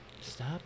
stop